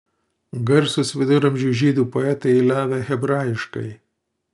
garsūs viduramžių žydų poetai eiliavę hebrajiškai